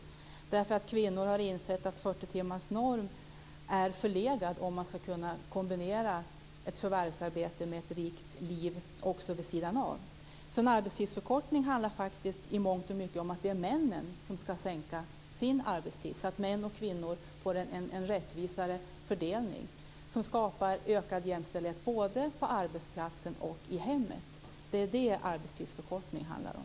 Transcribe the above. Det är för att kvinnor har insett att 40 timmars norm är förlegat om man ska kunna kombinera ett förvärvsarbete med ett rikt liv också vid sidan av. En arbetstidsförkortning handlar alltså faktiskt i mångt och mycket om att det är männen som ska sänka sin arbetstid så att män och kvinnor får en rättvisare fördelning. Det skapar ökad jämställdhet både på arbetsplatsen och i hemmet. Det är det arbetstidsförkortningen handlar om.